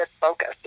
focus